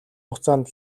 хугацаанд